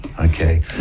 Okay